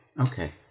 okay